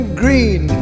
green